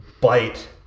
bite